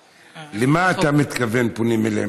למה אתה מתכוון ב"פונים אליהם"?